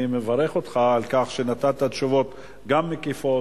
אני מברך אותך על כך שנתת תשובות גם מקיפות,